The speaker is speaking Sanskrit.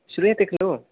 श्रूयते खलु